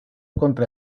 contra